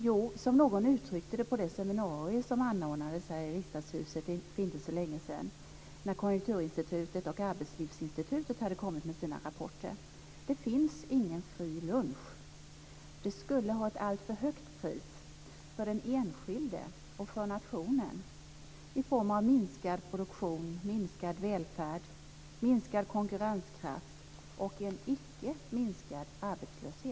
Jo, som någon uttryckte det på det seminarium som anordnades här i Riksdagshuset för inte så länge sedan när Konjunkturinstitutet och Arbetslivsinstitutet hade kommit med sina rapporter: Det finns ingen fri lunch. Det skulle ha ett alltför högt pris för den enskilde och för nationen i form av minskad produktion, minskad välfärd, minskad konkurrenskraft och icke minskad arbetslöshet.